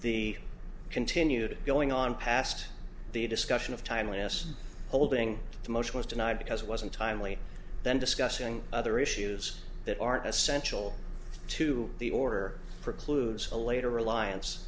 the continued going on past the discussion of timeliness holding the motion was denied because it wasn't timely then discussing other issues that aren't essential to the order precludes a later reliance